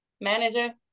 manager